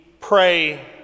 pray